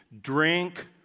Drink